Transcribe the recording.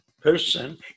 person